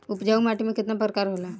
उपजाऊ माटी केतना प्रकार के होला?